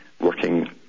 working